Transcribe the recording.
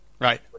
Right